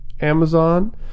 Amazon